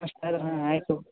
ಅಷ್ಟಾದರೂನು ಆಯಿತು